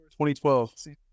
2012